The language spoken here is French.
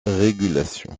régulation